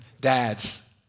Dads